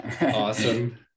awesome